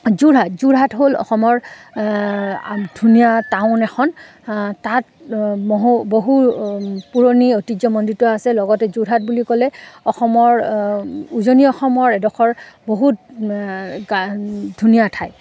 যোৰহাট যোৰহাট হ'ল অসমৰ ধুনীয়া টাউন এখন তাত মহো বহু পুৰণি ঐতিহ্যমণ্ডিত আছে লগতে যোৰহাট বুলি ক'লে অসমৰ উজনি অসমৰ এডখৰ বহুত গ ধুনীয়া ঠাই